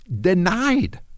denied